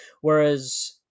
Whereas